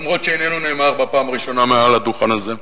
גם אם איננו נאמר בפעם הראשונה מעל הדוכן הזה.